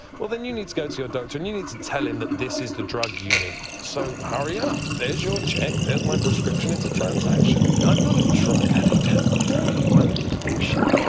well then you need to go to a doctor and you need to tell him that this is the drug you need. so hurry up! there's your check, there's my prescription, it's a transaction. i'm not a drug addict! how dare you? i'm a patient.